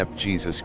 Jesus